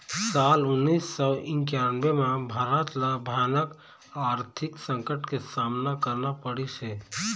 साल उन्नीस सौ इन्कानबें म भारत ल भयानक आरथिक संकट के सामना करना पड़िस हे